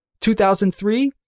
2003